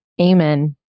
Amen